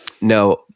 No